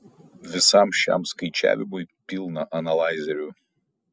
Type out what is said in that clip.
visam šiam skaičiavimui pilna analaizerių